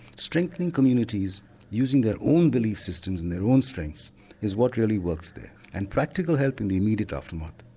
strengthening communities using their own belief systems and their own strengths is what really works there and practical help in the immediate aftermath.